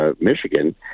Michigan